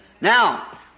Now